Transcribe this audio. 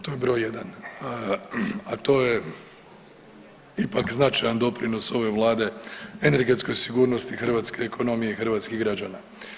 To je broj jedan, a to je ipak značajan doprinos ove Vlade energetskoj sigurnosti hrvatske ekonomije i hrvatskih građana.